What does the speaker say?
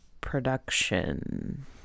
production